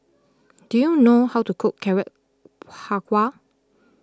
do you know how to cook Carrot Halwa